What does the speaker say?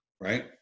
right